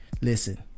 Listen